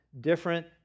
different